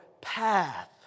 path